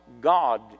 God